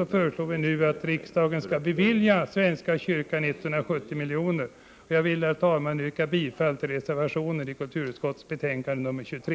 och föreslår att riksdagen nu skall bevilja svenska kyrkan 176 851 000 kr. Jag vill, herr talman, yrka bifall till reservationen i kulturutskottets 70 betänkande 23.